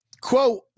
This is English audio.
quote